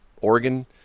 Oregon